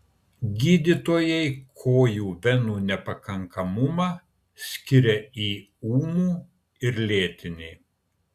gydytojai kojų venų nepakankamumą skiria į ūmų ir lėtinį